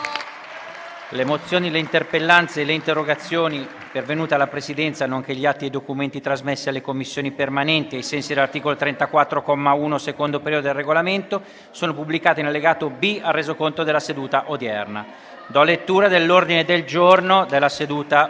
Le mozioni, le interpellanze e le interrogazioni pervenute alla Presidenza, nonché gli atti e i documenti trasmessi alle Commissioni permanenti ai sensi dell'articolo 34, comma 1, secondo periodo, del Regolamento sono pubblicati nell'allegato B al Resoconto della seduta odierna. **Ordine del giorno per la seduta di